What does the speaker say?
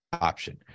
option